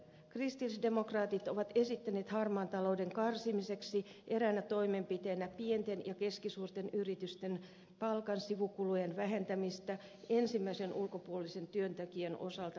kristillisdemokraatit ovat esittäneet harmaan talouden karsimiseksi eräänä toimenpiteenä pienten ja keskisuurten yritysten palkan sivukulujen vähentämistä ensimmäisen ulkopuolisen työntekijän osalta määräajaksi